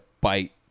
bite